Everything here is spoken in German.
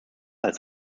als